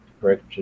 Correct